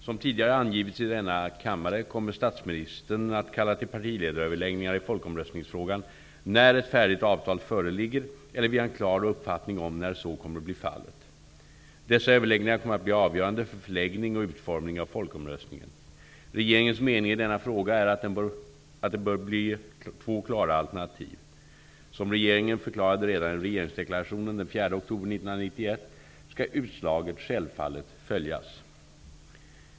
Som tidigare angivits i denna kammare kommer statsministern att kalla till partiledaröverläggningar i folkomröstningsfrågan när ett färdigt avtal föreligger, eller vi har en klar uppfattning om när så kommer att bli fallet. Dessa överläggningar kommer att bli avgörande för förläggning och utformning av folkomröstningen. Regeringens mening i denna fråga är att det bör bli två klara alternativ. Som regeringen förklarade redan i regeringsdeklarationen den 4 oktober 1991 skall utslaget självfallet följas.